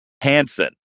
Hansen